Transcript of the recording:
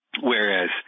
Whereas